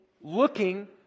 looking